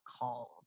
called